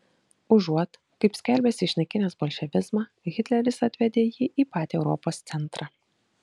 užuot kaip skelbėsi išnaikinęs bolševizmą hitleris atvedė jį į patį europos centrą